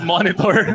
Monitor